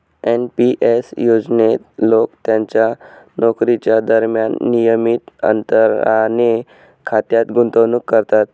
NP S योजनेत लोक त्यांच्या नोकरीच्या दरम्यान नियमित अंतराने खात्यात गुंतवणूक करतात